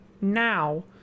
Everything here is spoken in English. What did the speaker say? now